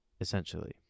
essentially